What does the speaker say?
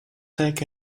take